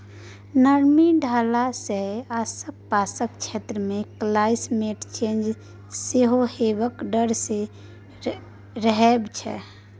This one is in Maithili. नमी बढ़ला सँ आसपासक क्षेत्र मे क्लाइमेट चेंज सेहो हेबाक डर रहै छै